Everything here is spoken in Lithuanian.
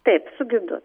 taip su gidu